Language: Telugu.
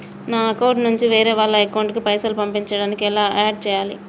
నా అకౌంట్ నుంచి వేరే వాళ్ల అకౌంట్ కి పైసలు పంపించడానికి ఎలా ఆడ్ చేయాలి?